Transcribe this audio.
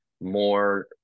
more